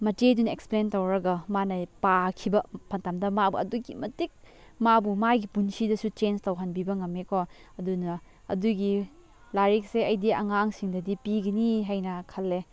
ꯃꯆꯦꯗꯨꯅ explain ꯇꯧꯔꯒ ꯃꯥꯅ ꯄꯥꯈꯤꯕ ꯃꯇꯝꯗ ꯃꯥꯕꯨ ꯑꯗꯨꯛꯀꯤ ꯃꯇꯤꯛ ꯃꯥꯕꯨ ꯃꯥꯒꯤ ꯄꯨꯟꯁꯤꯗꯁꯨ ꯆꯦꯟꯁ ꯇꯧꯍꯟꯕꯤꯕ ꯉꯝꯃꯦ ꯀꯣ ꯑꯗꯨꯅ ꯑꯗꯨꯒꯤ ꯂꯥꯏꯔꯤꯛꯁꯦ ꯑꯩꯗꯤ ꯑꯉꯥꯡꯁꯤꯡꯗꯗꯤ ꯄꯤꯒꯅꯤ ꯍꯥꯏꯅ ꯈꯜꯂꯦ